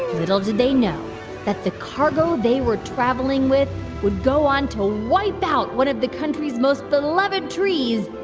little did they know that the cargo they were traveling with would go on to wipe out one of the country's most beloved trees,